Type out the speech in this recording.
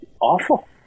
awful